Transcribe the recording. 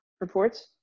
reports